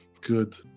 good